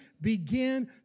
begin